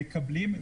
מקבלים,